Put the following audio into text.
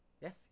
Yes